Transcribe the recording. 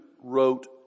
wrote